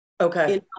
okay